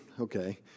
okay